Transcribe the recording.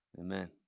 Amen